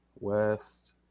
West